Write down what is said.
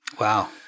Wow